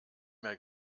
mehr